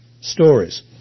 stories